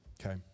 Okay